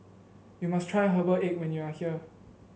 you must try Herbal Egg when you are here